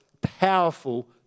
powerful